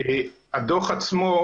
הדוח עצמו,